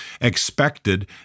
expected